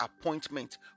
appointment